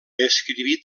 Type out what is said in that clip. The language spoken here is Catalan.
escriví